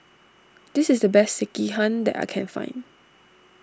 this is the best Sekihan that I can find